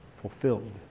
fulfilled